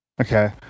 Okay